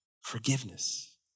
Forgiveness